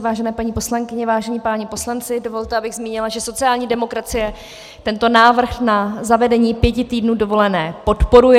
Vážené paní poslankyně, vážení páni poslanci, dovolte, abych zmínila, že sociální demokracie tento návrh na zavedení pěti týdnů dovolené podporuje.